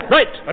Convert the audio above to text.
Right